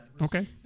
Okay